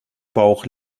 bauch